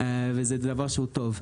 וזה דבר טוב.